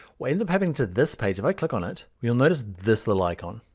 what ends up happening to this page. if i click on it you'll notice this little icon.